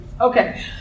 Okay